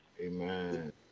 Amen